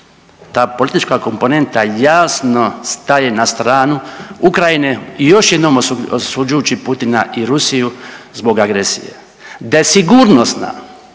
Ta politička komponenta jasno staje na stranu Ukrajine i još jednom osuđujući Putina i Rusiju zbog agresije. Da je sigurnosna